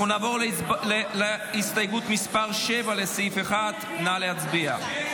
אנחנו נעבור להסתייגות מס' 7, לסעיף 1. נא להצביע.